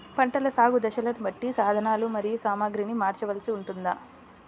పంటల సాగు దశలను బట్టి సాధనలు మరియు సామాగ్రిని మార్చవలసి ఉంటుందా?